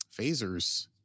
Phasers